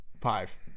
five